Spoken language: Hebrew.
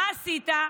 מה עשית?